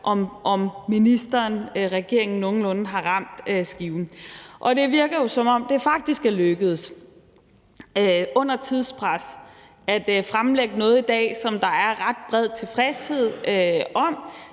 om ministeren og regeringen nogenlunde har ramt skiven. Det virker jo faktisk, som om det er lykkedes under tidspres at fremlægge noget i dag, som der er ret bred tilfredshed med.